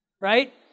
right